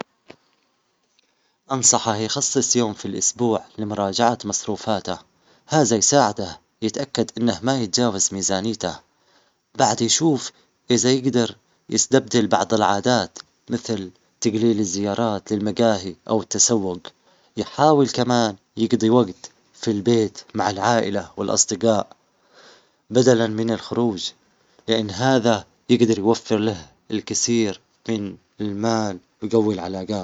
أول شي، لازم أستخدم قوتي الخارقة عشان أدرس نقاط ضعف الكائنات الفضائية وأخطط خطة محكمة. بعدها، أتعاون مع أبطال خارقين ثانين ونستعمل تقنيات متطورة نصنعها بأنفسنا عشان نواجه الغزو. أهم شي يكون عندنا استراتيجية قوية، ونستخدم ذكاءنا وقوتنا معاً، ونعمل كفريق واحد عشان نحمي الأرض ونضمن الأمان للجميع.